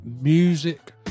music